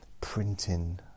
printing